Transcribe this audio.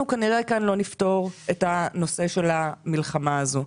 אנחנו כנראה כאן לא נפתור את הנושא של המלחמה הזו,